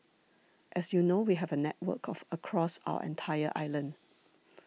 as you know we have a network of across our entire island